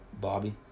Bobby